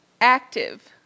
active